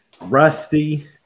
rusty